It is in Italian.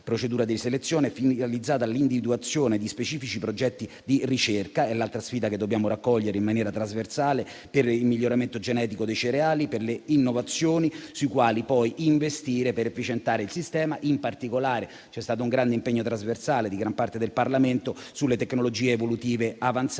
procedura di selezione finalizzata all'individuazione di specifici progetti di ricerca; è l'altra sfida che dobbiamo raccogliere in maniera trasversale, per il miglioramento genetico dei cereali e per le innovazioni sulle quali poi investire per efficientare il sistema. In particolare, c'è stato un grande impegno trasversale di gran parte del Parlamento sulle tecnologie evolutive avanzate,